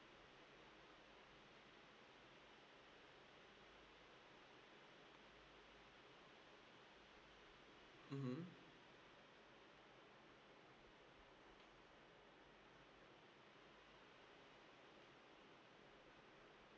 mmhmm